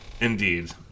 Indeed